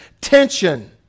tension